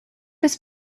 his